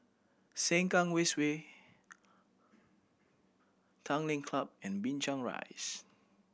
Sengkang West Way Tanglin Club and Binchang Rise